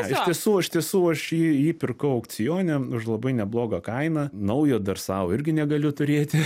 iš tiesų iš tiesų aš jį jį pirkau aukcione už labai neblogą kainą naujo dar sau irgi negaliu turėti